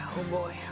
oh boy,